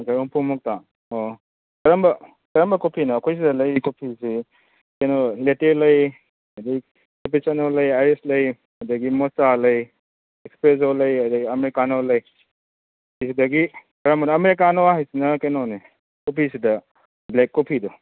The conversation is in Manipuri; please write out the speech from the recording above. ꯍꯨꯝꯐꯨꯃꯨꯛꯇ ꯑꯣ ꯀꯔꯝꯕ ꯀꯔꯝꯕ ꯀꯣꯐꯤꯅꯣ ꯑꯩꯈꯣꯏꯁꯤꯗ ꯂꯩꯔꯤ ꯀꯣꯐꯤꯁꯤ ꯀꯩꯅꯣ ꯂꯦꯇꯦ ꯂꯩ ꯑꯗꯩ ꯀꯣꯄꯤꯆꯤꯅꯣ ꯂꯩ ꯑꯥꯏꯔꯤꯁ ꯂꯩ ꯑꯗꯒꯤ ꯃꯣꯆꯥ ꯂꯩ ꯑꯦꯛꯁꯄ꯭ꯔꯦꯖꯣ ꯂꯩ ꯑꯗꯩ ꯑꯃꯦꯔꯤꯀꯥꯅꯣ ꯂꯩ ꯑꯗꯨꯗꯒꯤ ꯀꯔꯝꯕꯅ ꯑꯃꯦꯔꯤꯀꯥꯅꯣ ꯍꯥꯏꯁꯤꯅ ꯀꯩꯅꯣꯅꯦ ꯀꯣꯐꯤꯁꯤꯗ ꯕ꯭ꯂꯦꯛ ꯀꯣꯐꯤꯗꯣ